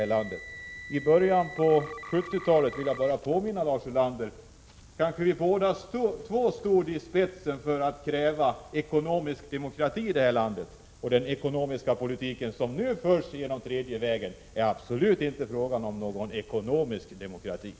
Jag vill bara påminna Lars 25 mars 1987 Ulander om att vi kanske båda två i början av 1970-talet stod i spetsen för att kräva ekonomisk demokrati i landet. Den tredje vägens ekonomiska politik som nu förs är absolut ingen demokratisk ekonomisk politik.